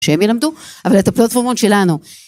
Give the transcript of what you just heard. שהם ילמדו, אבל את הפלטפורמות שלנו.